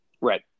Right